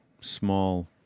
small